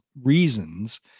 reasons